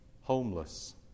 homeless